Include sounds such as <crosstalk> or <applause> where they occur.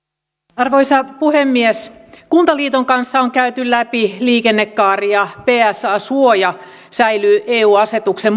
arvoisa puhemies kuntaliiton kanssa on käyty läpi liikennekaari ja psa suoja säilyy eu asetuksen <unintelligible>